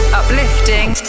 uplifting